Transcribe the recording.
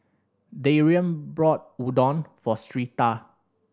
Darian bought Udon for Syreeta